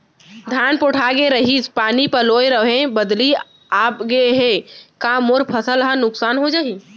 धान पोठागे रहीस, पानी पलोय रहेंव, बदली आप गे हे, का मोर फसल ल नुकसान हो जाही?